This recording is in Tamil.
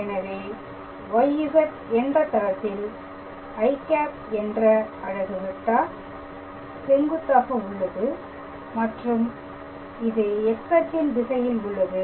எனவே YZ என்ற தளத்தில் i என்ற அலகு வெக்டார் செங்குத்தாக உள்ளது மற்றும் இது X அச்சின் திசையில் உள்ளது